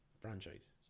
franchise